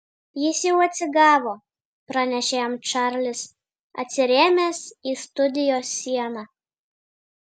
jis jau atsigavo pranešė jam čarlis atsirėmęs į studijos sieną